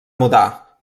mudar